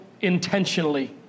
intentionally